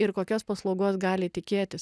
ir kokios paslaugos gali tikėtis